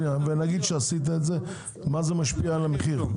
נגיד שעשית את זה, איך זה ישפיע על המחיר?